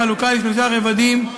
בחלוקה לשלושה רבדים: